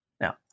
Now